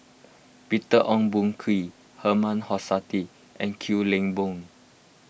Peter Ong Boon Kwee Herman Hochstadt and Kwek Leng Beng